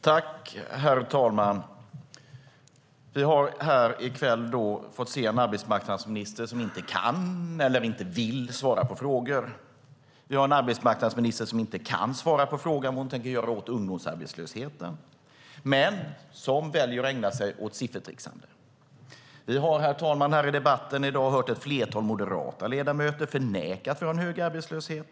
Herr talman! Vi har i kväll fått se en arbetsmarknadsminister som inte kan eller vill svara på frågor. Vi har en arbetsmarknadsminister som inte kan svara på frågan om vad hon tänker göra åt ungdomsarbetslösheten men som väljer att ägna sig åt siffertricksande. Vi har, herr talman, i debatten i dag hört ett flertal moderata ledamöter förneka att det råder hög arbetslöshet.